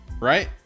right